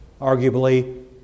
arguably